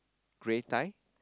grey tie